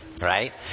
right